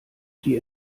die